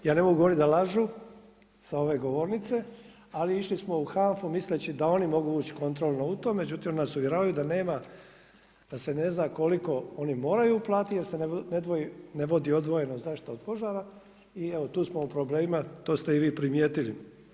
Ja ne mogu govoriti da oni lažu sa ove govornice, ali išli smo u HANF-u misleći da oni mogu ući kontrolno u to, međutim, oni nas uvjeravaju da nema, da se ne zna koliko oni moraju uplatiti jer se ne vodi odvojeno zaštita od požara i evo tu smo u problemima to ste i vi primijetili.